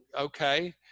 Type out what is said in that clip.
okay